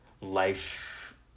life